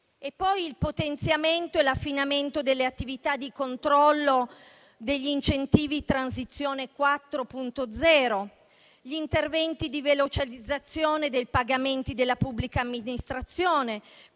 il potenziamento e l'affinamento delle attività di controllo degli incentivi Transizione 4.0. Ci sono gli interventi di velocizzazione dei pagamenti della pubblica amministrazione,